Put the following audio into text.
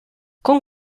con